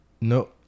No